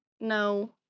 No